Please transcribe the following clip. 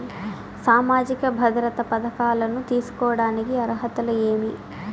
సామాజిక భద్రత పథకాలను తీసుకోడానికి అర్హతలు ఏమి?